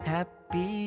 Happy